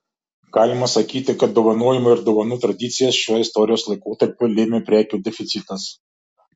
galima sakyti kad dovanojimo ir dovanų tradicijas šiuo istorijos laikotarpiu lėmė prekių deficitas